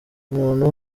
umuntu